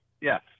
yes